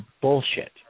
bullshit